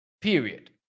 Period